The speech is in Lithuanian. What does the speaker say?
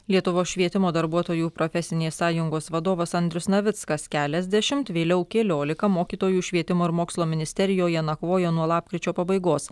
lietuvos švietimo darbuotojų profesinės sąjungos vadovas andrius navickas keliasdešimt vėliau keliolika mokytojų švietimo ir mokslo ministerijoje nakvoja nuo lapkričio pabaigos